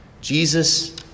Jesus